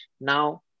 Now